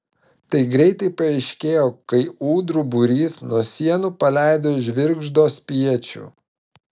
tai greitai paaiškėjo kai ūdrų būrys nuo sienų paleido žvirgždo spiečių